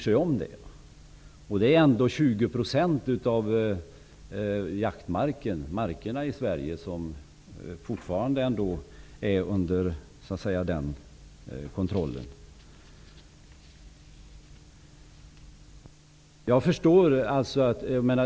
Det är trots allt 20 % av markerna i Sverige som kontrolleras på detta sätt.